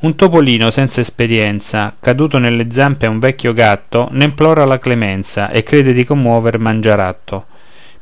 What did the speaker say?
un topolino senza esperienza caduto nelle zampe a un vecchio gatto ne implora la clemenza e crede di commuover mangiaratto